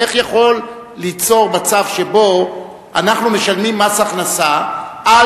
איך אפשר ליצור מצב שבו אנחנו משלמים מס הכנסה על